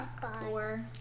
Four